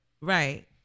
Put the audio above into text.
right